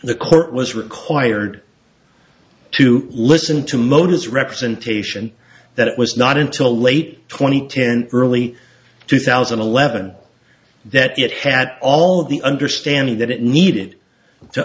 the court was required to listen to motors representation that it was not until late twenty ten early two thousand and eleven that it had all of the understanding that it needed to